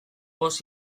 bost